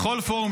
בכל פורום,